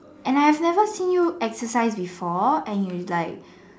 and I have never see you exercise before and you like